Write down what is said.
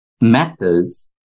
methods